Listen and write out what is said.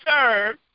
serve